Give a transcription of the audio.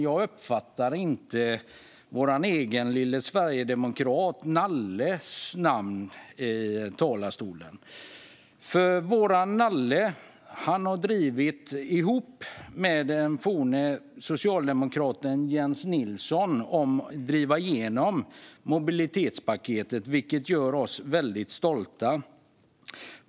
Jag uppfattade dock inte att vår egen lille sverigedemokrat Nalles namn nämndes från talarstolen. Vår Nalle har tillsammans med den forne socialdemokraten Jens Nilsson drivit igenom mobilitetspaketet, vilket gör oss väldigt stolta.